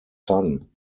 son